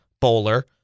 Bowler